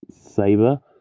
saber